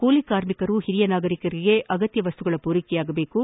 ಕೂಲಿ ಕಾರ್ಮಿಕರು ಹಿರಿಯ ನಾಗರಿಕರಿಗೆ ಅಗತ್ತ ವಸ್ತುಗಳ ಪೂರೈಕೆಯಾಗಬೇಕು